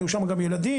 היו שם גם ילדים,